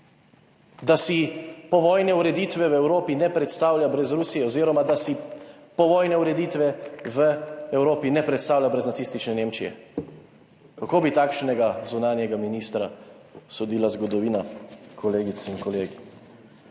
da si povojne ureditve v Evropi ne predstavlja brez Rusije oziroma da si povojne ureditve v Evropi ne predstavlja brez nacistične Nemčije. Kako bi takšnega zunanjega ministra sodila zgodovina, kolegice in kolegi?